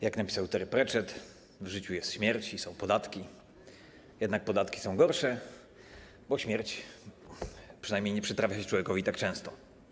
Jak napisał Terry Pratchett, w życiu jest śmierć i są podatki, jednak podatki są gorsze, bo śmierć przynajmniej nie przytrafia się człowiekowi tak często.